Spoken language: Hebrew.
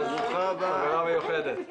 חברה מיוחדת.